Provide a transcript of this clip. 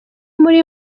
muri